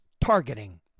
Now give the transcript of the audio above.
Targeting